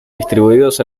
distribuidos